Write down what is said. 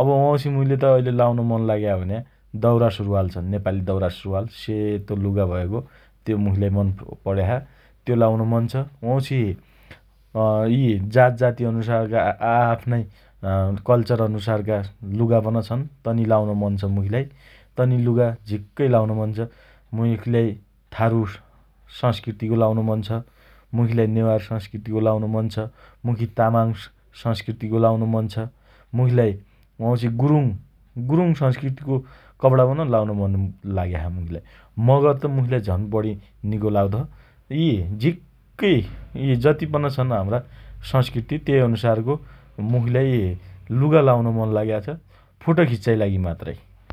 अब वाउँछि मुइले त अहिले लाउन मन लाग्या भन्या दौरा सुरुवाल छन् । नेपाली दौरा सुरुवाल सेतो लुगा भएको त्यो मुखीलाई मन पण्या छ । त्यो लाउन मन छ । वाउँछि अँ यी जातजाती अनुसारका आआफ्नै अँ कल्चरल अनुसारका लुगा पन छन् । तनी लाउन मन छ मुखीलाई । तनी लुगा झिक्कै लाउन मन छ । मुइखीलाई थारु सँस्कृतिको लाउन मन छ । मुखीलाई नेवार सँस्कृतिको लाउन मन छ । मुखी तामाङ सँस्कृतिको लाउन मन छ । मु्खीलाई वाउँछि गुरुङ गुरुङ सँस्कृतिको कपडा पन लाउन मन लाग्या छ मुखीलाई । मगर त मुखीलाई झन् बढी निको लाग्दो छ । यी झिक्कै यी जतिपन छन् हाम्रा सँस्कृति तेइ अनुसारको मुखीलाई लुगा लाउन मन लाग्या छ फोटा खिच्चाइ लागि मात्र ।